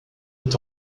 est